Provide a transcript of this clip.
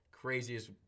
Craziest